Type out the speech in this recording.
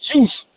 Juice